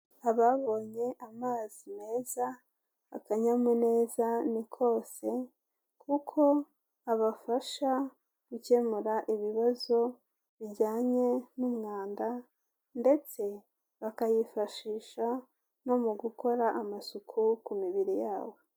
Ababonye amazi meza, akanyamuneza ni kose kuko abafasha gukemura ibibazo bijyanye n'umwanda ndetse bakayifashisha no mu gukora amasuku ku mibiri yabo.